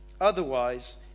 Otherwise